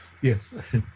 Yes